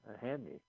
handy